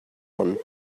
one